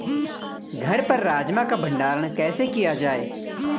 घर पर राजमा का भण्डारण कैसे किया जाय?